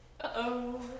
Uh-oh